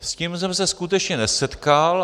S tím jsem se skutečně nesetkal.